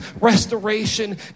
restoration